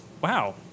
wow